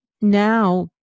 now